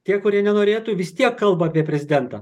tie kurie nenorėtų vis tiek kalba apie prezidentą